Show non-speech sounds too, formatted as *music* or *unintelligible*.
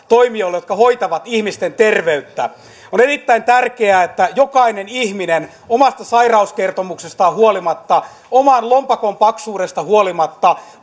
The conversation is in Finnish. *unintelligible* toimijoille jotka hoitavat ihmisten terveyttä on erittäin tärkeää että jokainen ihminen omasta sairauskertomuksestaan huolimatta ja oman lompakon paksuudesta huolimatta *unintelligible*